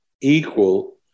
equal